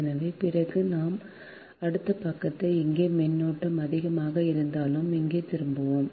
எனவே பிறகு நாம் அடுத்த பக்கத்தையும் இங்கே மின்னோட்டம் அதிகமாக இருந்தாலும் இங்கே திரும்புவோம்